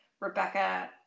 Rebecca